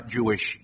Jewish